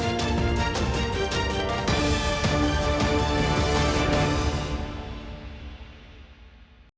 дякую.